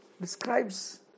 describes